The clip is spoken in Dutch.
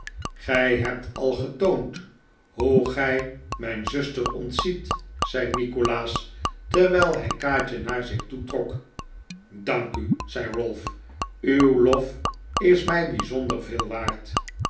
gij hebt al getoond hoe gij mijn zuster ontziet zei nikolaas terwijl hij kaatje naar zich toe trok dank u zei ralph uw lof is mij bijzonder veel waard